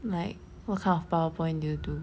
like what kind of PowerPoint do you do